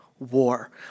war